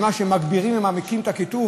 על מה, שהם מגבירים ומעמיקים את הקיטוב?